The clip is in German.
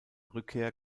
rückkehr